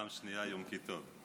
פעם שנייה היום כי טוב.